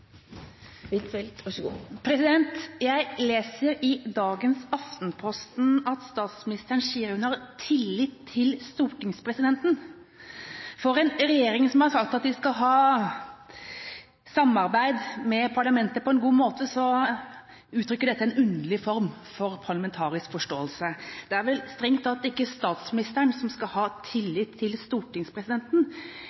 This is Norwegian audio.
Jeg leser i dagens Aftenposten at statsministeren sier at hun har tillit til stortingspresidenten. For en regjering som har sagt de skal ha samarbeid med parlamentet på en god måte, uttrykker dette en underlig form for parlamentarisk forståelse. Det er vel strengt tatt ikke statsministeren som skal ha tillit til